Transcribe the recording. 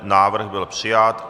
Návrh byl přijat.